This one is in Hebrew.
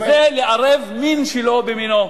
זה לערב מין שלא במינו.